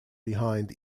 behind